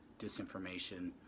disinformation